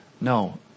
No